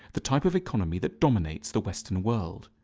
the type of economy that dominates the western world.